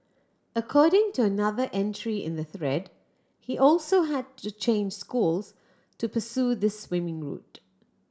according to another entry in the thread he also had to change schools to pursue this swimming route